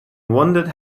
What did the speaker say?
wondered